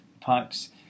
pipes